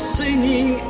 singing